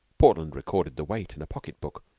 portland recorded the weight in a pocket-book,